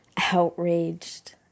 outraged